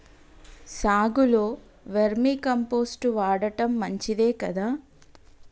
సాగులో vermicompost వాడటం మంచిదే కదా?